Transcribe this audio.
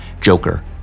Joker